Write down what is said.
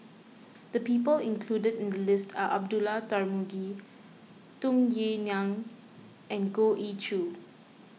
the people included in the list are Abdullah Tarmugi Tung Yue Nang and Goh Ee Choo